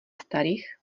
starých